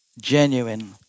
genuine